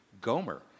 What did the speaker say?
Gomer